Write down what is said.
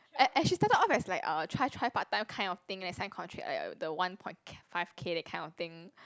a~ and she started off as like uh try try part time kind of thing and sign contract like uh the one point five K that kind of thing